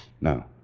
No